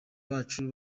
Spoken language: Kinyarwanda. bacu